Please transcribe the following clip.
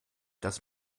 das